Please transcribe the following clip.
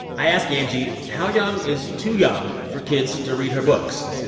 i ask angie how young is too young for kids to read her books.